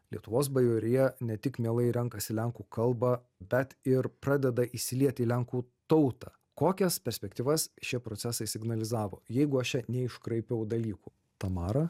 lietuvos bajorija ne tik mielai renkasi lenkų kalbą bet ir pradeda įsilieti į lenkų tautą kokias perspektyvas šie procesai signalizavo jeigu aš čia neiškraipiau dalykų tamara